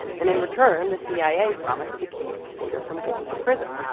and in return, the cia promised to keep sater from going to prison.